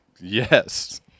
Yes